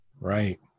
Right